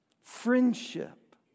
friendship